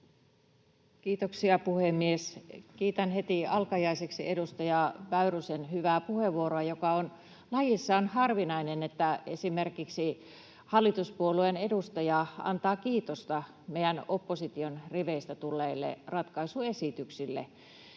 Kiitoksia, puhemies! Kiitän heti alkajaisiksi edustaja Väyrysen hyvää puheenvuoroa, joka on lajissaan siitä harvinainen, että esimerkiksi hallituspuolueen edustaja antaa kiitosta meidän opposition riveistä tulleille ratkaisuesityksille.